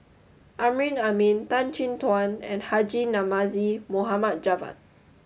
Amrin Amin Tan Chin Tuan and Haji Namazie Mohd Javad